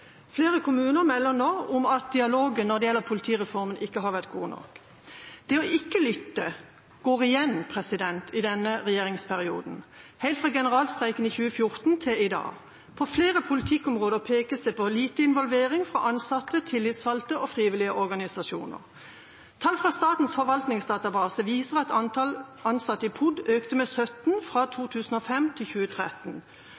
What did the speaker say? Flere kommuner melder nå om at dialogen når det gjelder politireformen, ikke har vært god nok. Det å ikke lytte går igjen i denne regjeringsperioden, helt fra generalstreiken i 2014 til i dag. På flere politikkområder pekes det på lite involvering fra ansatte, tillitsvalgte og frivillige organisasjoner. Tall fra statens forvaltningsdatabase viser at antallet ansatte i POD, Politidirektoratet, økte med 17 fra